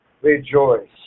Rejoice